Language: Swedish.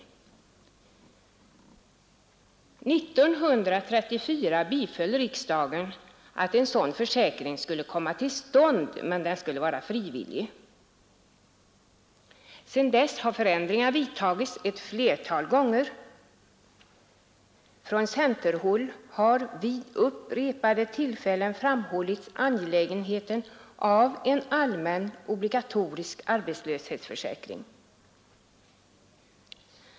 År 1934 biföll riksdagen kravet att en sådan försäkring skulle komma till stånd, men den skulle vara frivillig. Sedan dess har förändringar vidtagits ett flertal gånger. Från centerhåll har vid upprepade tillfällen framhållits angelägenheten av en allmän obligatorisk arbetslöshetsförsäkring.